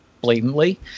blatantly